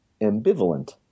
ambivalent